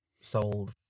sold